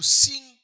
sing